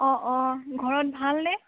অ অ ঘৰত ভালনে